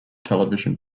television